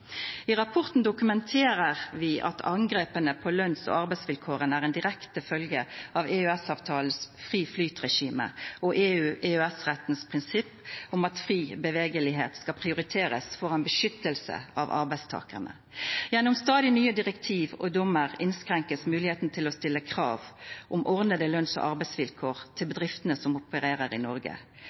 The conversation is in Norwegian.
I rapporten dokumenterer vi at angrepene på lønns- og arbeidsvilkårene er en direkte følge av EØS-avtalens fri flyt-regime og EU/EØS-rettens prinsipp om at fri bevegelighet skal prioriteres foran beskyttelse av arbeidstakerne. Gjennom stadig nye direktiver og dommer innskrenkes muligheten til å stille krav om ordnede lønns- og arbeidsvilkår til bedriftene som opererer i Norge.